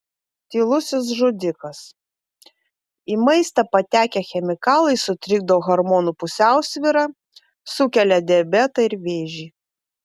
tylusis žudikas į maistą patekę chemikalai sutrikdo hormonų pusiausvyrą sukelia diabetą ir vėžį